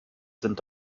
sind